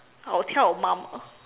I will tell your mom ah